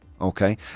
Okay